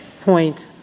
point